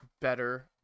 better